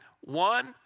One